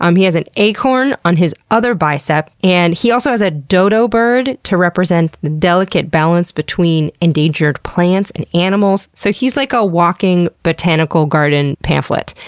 um he has an acorn on his other bicep. and he also has a dodo bird to represent the delicate balance between endangered plants and animals. so he's like a walking botanical garden pamphlet.